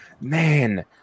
man